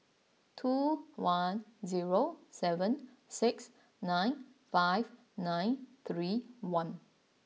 two one zero seven six nine five nine three one